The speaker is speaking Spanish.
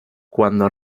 cuando